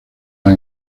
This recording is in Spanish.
las